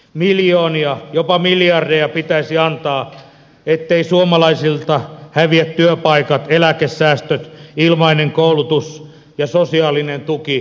miljoonia jopa miljardeja pitäisi antaa etteivät suomalaisilta häviä työpaikat eläkesäästöt ilmainen koulutus ja sosiaalinen tuki vauvasta vaariin